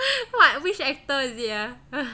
what which actor is it ah